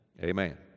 Amen